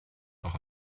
auch